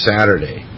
Saturday